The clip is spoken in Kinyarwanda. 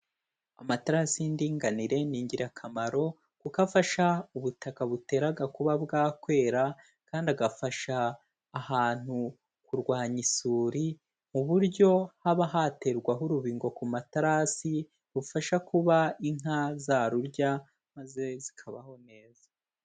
Amatarasi y'indinganire ni ingirakamaro kuko afasha ubutaka buteraga kuba bwakwera, kandi agafasha ahantu kurwanya isuri mu buryo haba haterwaho urubingo ku materasi bifasha kuba inka zarurya maze zikabaho neza.